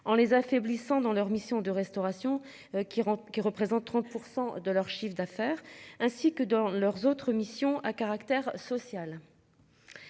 en les affaiblissant dans leur mission de restauration qui rentre, qui représente 30% de leur chiffre d'affaires, ainsi que dans leurs autres missions à caractère social.